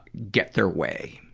get their way.